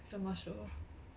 什么 show